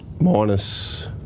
Minus